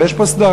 אבל יש פה סדרים,